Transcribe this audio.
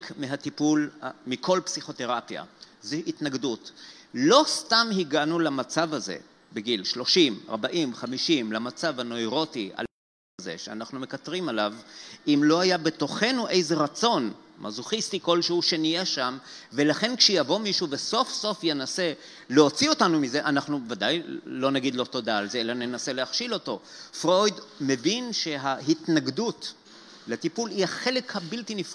מהטיפול, מכל פסיכותרטיה, זה התנגדות. לא סתם הגענו למצב הזה, בגיל 30, 40, 50, למצב הנוירוטי, שאנחנו מקטרים עליו, אם לא היה בתוכנו איזה רצון מזוכיסטי כלשהו שנהיה שם, ולכן כשיבוא מישהו וסוף סוף ינסה להוציא אותנו מזה, אנחנו ודאי לא נגיד לו תודה על זה, אלא ננסה להכשיל אותו. פרויד מבין שההתנגדות לטיפול היא החלק הבלתי נפרד.